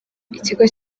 ikigo